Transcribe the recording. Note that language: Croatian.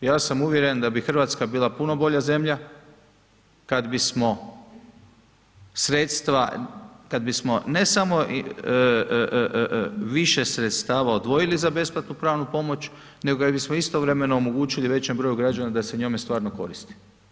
Međutim, ja sam uvjeren da bi Hrvatska bila puno bolja zemlja kada bismo sredstva, kada bismo ne samo više sredstava odvojili za besplatnu pravnu pomoć, nego kada bismo istovremeno omogućili većem broju građana da se njome stvarno koristi.